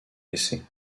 laissés